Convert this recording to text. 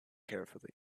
carefully